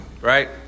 right